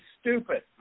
stupid